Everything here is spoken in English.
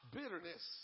bitterness